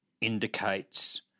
indicates